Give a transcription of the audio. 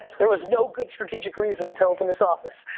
there was no good strategic reason to open this office,